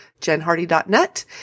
jenhardy.net